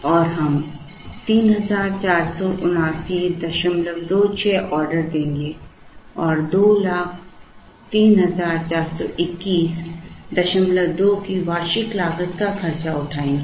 और हम 347926 ऑर्डर करेंगे और 2034212 की वार्षिक लागत का खर्च उठाएंगे